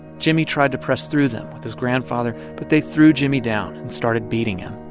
jimmie tried to press through them with his grandfather, but they threw jimmie down and started beating him.